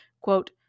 quote